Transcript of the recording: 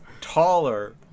taller